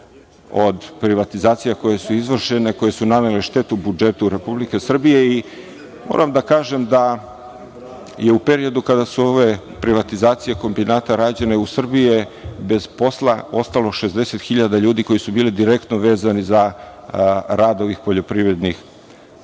od privatizacija koje su izvršene i koje su nanele štetu budžetu Republike Srbije. Moram da kažem da je u periodu kada su ove privatizacije kombinata rađene, u Srbiji je bez posla ostalo 60.000 ljudi koji su bili direktno vezani za rad ovih poljoprivrednih